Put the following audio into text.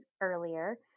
earlier